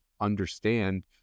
understand